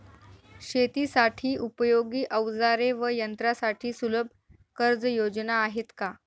शेतीसाठी उपयोगी औजारे व यंत्रासाठी सुलभ कर्जयोजना आहेत का?